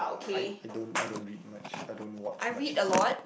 I I don't I don't read much I don't watch much